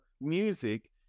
music